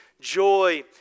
joy